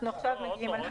אנחנו עכשיו מגיעים אליו.